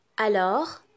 Alors